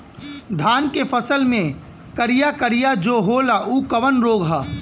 धान के फसल मे करिया करिया जो होला ऊ कवन रोग ह?